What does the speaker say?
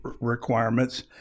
requirements